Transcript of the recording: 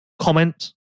comment